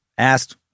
asked